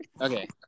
okay